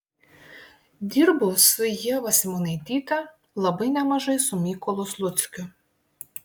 dirbau su ieva simonaityte labai nemažai su mykolu sluckiu